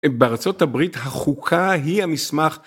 בארצות הברית החוקה היא המסמך.